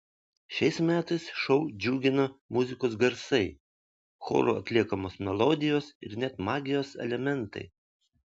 šiais metais šou džiugina muzikos garsai choro atliekamos melodijos ir net magijos elementai